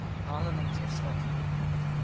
the parliament of scotland had met.